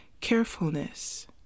carefulness